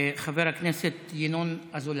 חבר הכנסת ינון אזולאי,